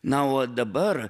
na o dabar